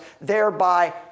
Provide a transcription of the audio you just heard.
thereby